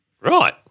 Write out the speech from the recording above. Right